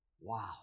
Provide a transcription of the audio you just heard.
Wow